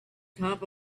top